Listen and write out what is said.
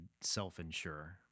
self-insure